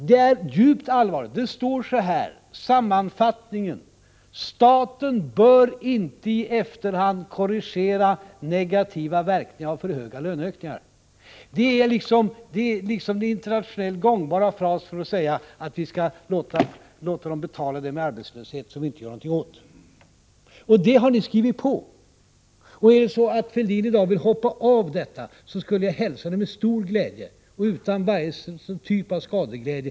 Det är djupt oroande det som står i sammanfattningen av vad de borgerliga partierna anser skall gälla på arbetsmarknaden: ”Staten bör inte i efterhand korrigera negativa verkningar av för höga löneökningar.” Det är liksom er internationellt gångbara fras för att säga: Vi skall låta dem betala den arbetslöshet som vi inte gör någonting åt. Detta har centerpartiets företrädare i finansutskottet skrivit under. Är det så att Thorbjörn Fälldin i dag vill hoppa av detta, skulle jag hälsa det med stor glädje och utan varje antydan till skadeglädje.